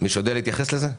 מישהו יודע להתייחס לזה?